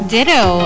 Ditto